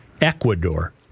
Ecuador